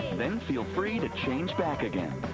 then feel free to change back again